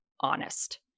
honest